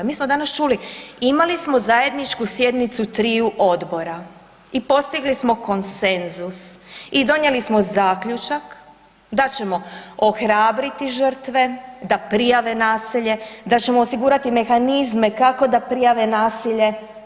Mi smo danas čuli, imali smo zajedničku sjednicu triju odbora i postigli smo konsenzus i donijeli smo zaključak da ćemo ohrabriti žrtve da prijave nasilje, da ćemo osigurati mehanizme kako da prijave nasilje.